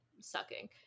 sucking